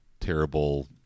terrible